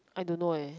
I don't know eh